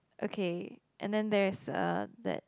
okay and then there is uh that